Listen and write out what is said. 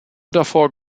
davor